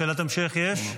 שאלת המשך יש?